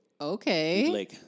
Okay